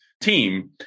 team